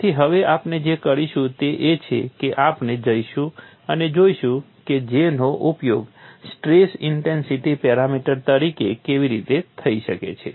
તેથી હવે આપણે જે કરીશું તે એ છે કે આપણે જઈશું અને જોઈશું કે J નો ઉપયોગ સ્ટ્રેસ ઇન્ટેન્સિટી પેરામીટર તરીકે કેવી રીતે થઈ શકે છે